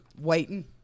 waiting